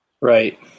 Right